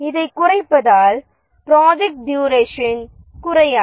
இதை குறைப்பதால் project duration குறையாது